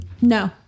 No